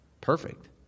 Perfect